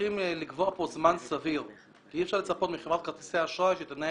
צריכים לקבוע פה זמן סביר כי אי אפשר לצפות מחברת כרטיסי האשראי שתנהל